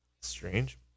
Strange